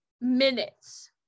minutes